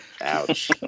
ouch